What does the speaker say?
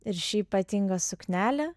ir ši ypatinga suknelė